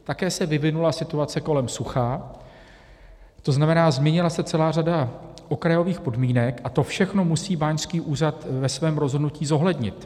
Také se vyvinula situace kolem sucha, tzn. změnila se celá řada okrajových podmínek a to všechno musí báňský úřad ve svém rozhodnutí zohlednit.